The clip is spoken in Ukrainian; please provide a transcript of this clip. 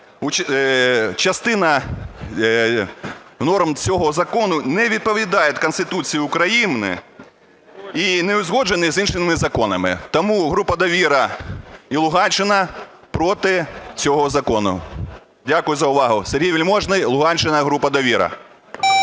частина норм цього закону не відповідає Конституції України і не узгоджений з іншими законами? Тому група "Довіра" і Луганщина проти цього закону. Дякую за увагу. Сергій Вельможний, Луганщина, група "Довіра".